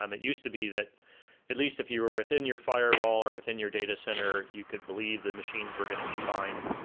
um it used to be that at least if you were within your firewall, or within your data center, you could believe the machines were going to be fine.